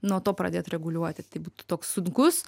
nuo to pradėt reguliuoti tai būtų toks sunkus